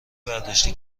برداشتی